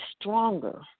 stronger